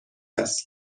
است